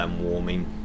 warming